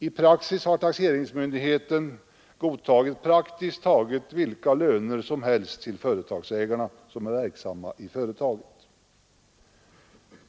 I praxis har taxeringsmyndigheterna godtagit praktiskt taget vilka löner som helst till företagsägarna som är verksamma i företagen.